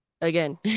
again